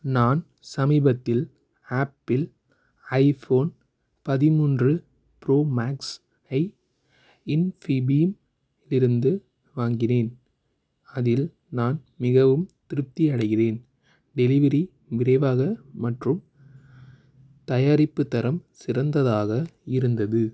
நான் சமீபத்தில் Apple iPhone பதிமூன்று ப்ரோ மேக்ஸ் ஐ இன்ஃபிபீம் இருந்து வாங்கினேன் அதில் நான் மிகவும் திருப்தி அடைகிறேன் டெலிவரி விரைவாக மற்றும் தயாரிப்பு தரம் சிறந்ததாக இருந்தது